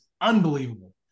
unbelievable